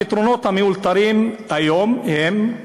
הפתרונות המאולתרים היום הם: